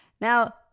Now